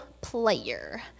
player